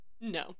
no